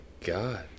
God